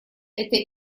это